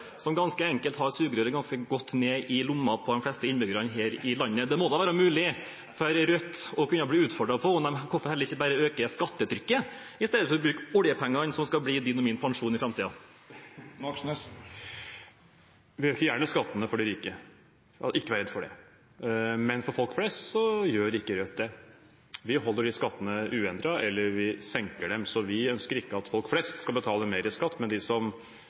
som har sugerøret ganske godt nedi lommene på de fleste innbyggerne her i landet. Det må da være mulig å utfordre Rødt på hvorfor de ikke heller bare øker skattetrykket, istedenfor å bruke oljepengene, som skal bli din og min pensjon i framtiden. Vi øker gjerne skattene for de rike – man skal ikke være redd for det – men Rødt vil ikke gjøre det for folk flest. Vi holder de skattene uendret, eller senker dem. Vi ønsker ikke at folk flest skal betale mer i skatt, men de som